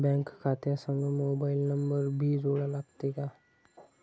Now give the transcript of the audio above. Bank खात्या संग mobile number भी जोडा लागते काय?